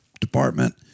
department